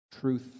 truth